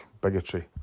bigotry